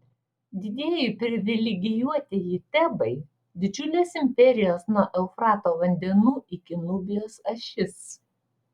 didieji privilegijuotieji tebai didžiulės imperijos nuo eufrato vandenų iki nubijos ašis